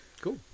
Cool